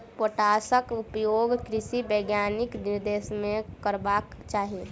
पोटासक उपयोग कृषि वैज्ञानिकक निर्देशन मे करबाक चाही